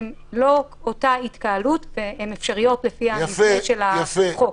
הן לא אותה התקהלות והן אפשריות לפי המתווה של החוק.